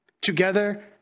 Together